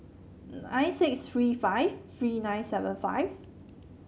nine six three five three nine seven five